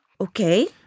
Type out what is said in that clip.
Okay